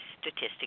statistic